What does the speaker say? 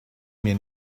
mir